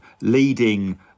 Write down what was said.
leading